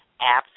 apps